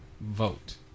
Vote